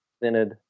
presented